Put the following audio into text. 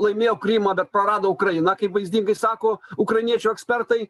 laimėjo krymą bet prarado ukrainą kaip vaizdingai sako ukrainiečių ekspertai